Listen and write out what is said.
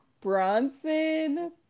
Bronson